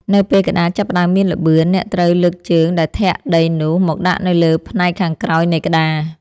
នៅពេលក្ដារចាប់ផ្ដើមមានល្បឿន អ្នកត្រូវលើកជើងដែលធាក់ដីនោះមកដាក់នៅលើផ្នែកខាងក្រោយនៃក្ដារ។